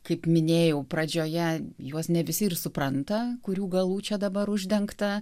kaip minėjau pradžioje juos ne visi supranta kurių galų čia dabar uždengta